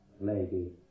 lady